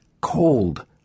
cold